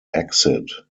exit